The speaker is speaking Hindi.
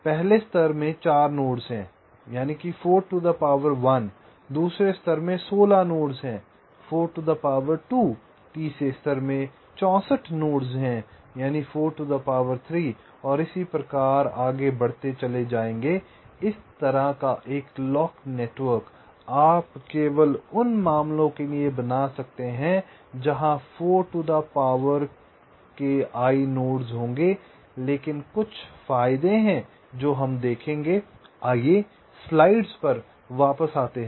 पहले स्तर 4 नोड्स हैं 4 टू द पावर 1 दूसरे स्तर 16 नोड्स हैं 4 टू द पावर 2 तीसरे स्तर पर 64 नोड्स होंगे 4 टू द पावर 3 और इसी प्रकार आगे बढ़ते चले जायेंगे इस तरह का एक क्लॉक नेटवर्क आप केवल उन मामलों के लिए बना सकते हैं जहां 4 to the power i nodes होंगे लेकिन कुछ फायदे हैं जो हम देखेंगे आइए स्लाइड्स पर वापस आते हैं